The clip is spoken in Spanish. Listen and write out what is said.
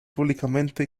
públicamente